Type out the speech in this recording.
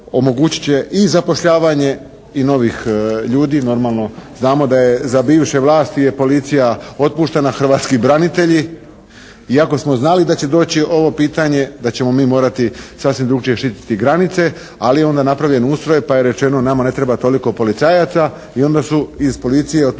omogućit će i zapošljavanje i novih ljudi, normalno. Znamo da je za bivše vlasti je policija otpuštena, hrvatski branitelji iako smo znali da će ovo doći ovo pitanje, da ćemo mi morati sasvim drukčije čitati granice. Ali je onda napravljen ustroj pa je rečeno nama ne treba toliko policajaca i onda su iz policije otpušteni